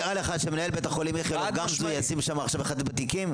נראה לך שמנהל בית חולים איכילוב ישים שם לחטט בתיקים,